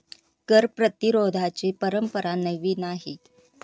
कर प्रतिरोधाची परंपरा नवी नाही